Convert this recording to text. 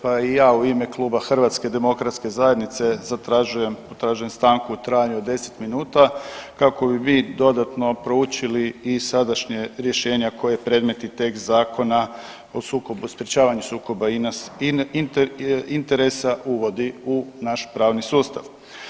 Pa i ja u ime kluba HDZ-a zatražujem, potražujem stanku u trajanju od 10 minuta kako bi mi dodatno proučili i sadašnja rješenja koja predmetni tekst Zakona o sprečavanju sukoba interesa uvodi u naš pravni sustav.